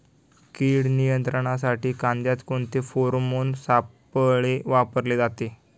कीड नियंत्रणासाठी कांद्यात कोणते फेरोमोन सापळे वापरले जातात?